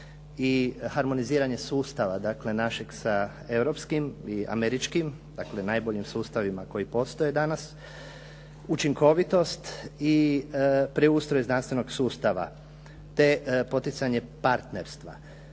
i harmoniziranje sustava našeg sa europskim i američkim, dakle najboljim sustavima koji postoje danas, učinkovitost i preustroj znanstvenog sustava te poticanje partnerstva.